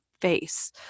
face